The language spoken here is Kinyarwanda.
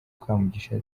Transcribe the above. kamugisha